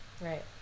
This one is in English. Right